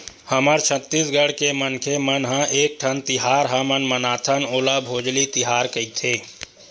हमर छत्तीसगढ़ के मनखे मन ह एकठन तिहार हमन मनाथन ओला भोजली तिहार कइथे